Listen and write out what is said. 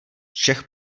čech